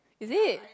is it